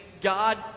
God